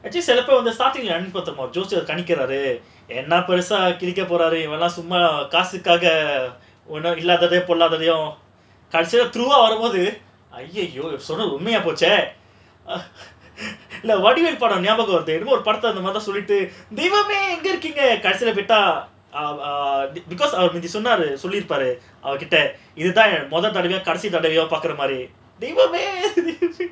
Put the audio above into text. I just celebrate ஜோசியர் கணிக்குறாரு என்ன பெருசா கிழிக்க போறாரு சும்மா காசுக்காக இல்லாததையும் பொல்லாததையும்:josiyar kanikkuraaru enna perusaa kilika poraaru summa kaasukaaga ilathaathaiyum pollaathathaiyum ah err because err இது தான் கடைசி தடவ பாக்குற மாதிரி:idhu thaan kadaisi thadava paakkura maadhiri